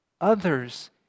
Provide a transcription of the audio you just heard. Others